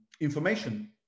information